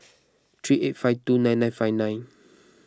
three eight five two nine nine five nine